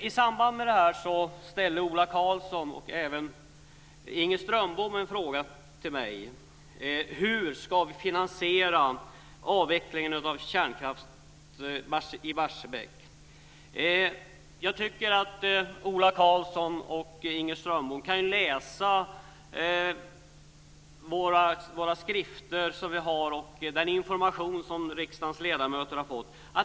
I samband med detta ställde Ola Karlsson och Inger Strömbom en fråga till mig. Hur ska vi finansiera avvecklingen av kärnkraftsreaktorn i Barsebäck? Jag tycker att Ola Karlsson och Inger Strömbom ska läsa våra skrifter och den information som riksdagens ledamöter har fått.